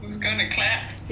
who's gonna clap